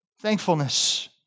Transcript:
Thankfulness